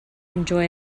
enjoy